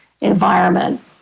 environment